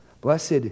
Blessed